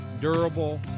durable